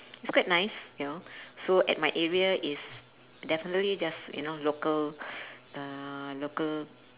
it's quite nice you know so at my area it's definitely just you know local uh local